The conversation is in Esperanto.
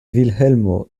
vilhelmo